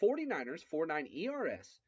49ERS49ERS